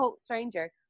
stranger